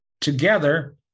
together